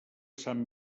sant